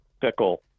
Pickle